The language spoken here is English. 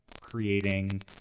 creating